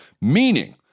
meaning